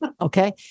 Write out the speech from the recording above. Okay